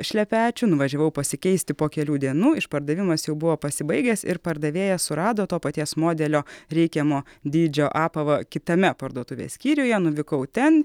šlepečių nuvažiavau pasikeisti po kelių dienų išpardavimas jau buvo pasibaigęs ir pardavėja surado to paties modelio reikiamo dydžio apavą kitame parduotuvės skyriuje nuvykau ten